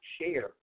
share